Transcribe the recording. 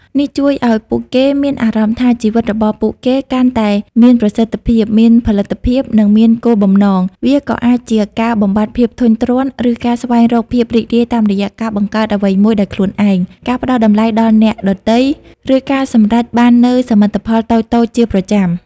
នេះជួយឱ្យពួកគេមានអារម្មណ៍ថាជីវិតរបស់ពួកគេកាន់តែមានប្រសិទ្ធភាព មានផលិតភាព និងមានគោលបំណង វាក៏អាចជាការបំបាត់ភាពធុញទ្រាន់ ឬការស្វែងរកភាពរីករាយតាមរយៈការបង្កើតអ្វីមួយដោយខ្លួនឯង ការផ្តល់តម្លៃដល់អ្នកដទៃ ឬការសម្រេចបាននូវសមិទ្ធផលតូចៗជាប្រចាំ។